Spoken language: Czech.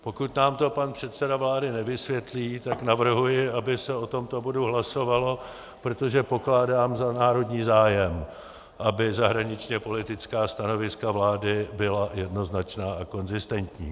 Pokud nám to pan předseda vlády nevysvětlí, tak navrhuji, aby se o tomto bodu hlasovalo, protože pokládám za národní zájem, aby zahraničněpolitická stanoviska vlády byla jednoznačná a konzistentní.